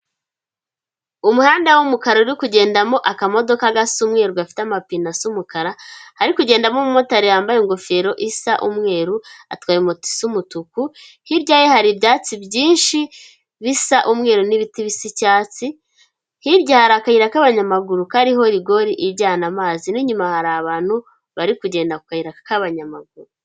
Umuhanda w'umukara uri kugendamo akamodoka gasa umweru gafite amapine asa umukara, hari kugendamo umumotari yambaye ingofero isa umweru atwaye moto isa umutuku, hirya ye hari ibyatsi byinshi bisa umweru n'ibitibisi icyatsi, hirya hari akayira k'abanyamaguru kariho rigori ijyana amazi n'inyuma hari abantu bari kugenda ku kayira k'abanyamaguru.